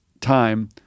time